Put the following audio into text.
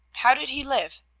how did he live?